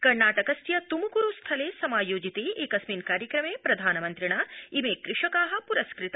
कर्णाटकस्थले समायोजिते एकस्मिन् कार्यक्रमे प्रधानमन्त्रिणा इमे कृषका पुरस्कृता